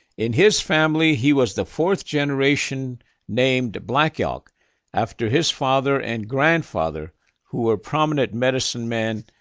in his family, he was the fourth generation named black elk after his father and grandfather who were prominent medicine men.